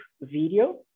video